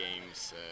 games